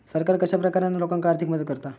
सरकार कश्या प्रकारान लोकांक आर्थिक मदत करता?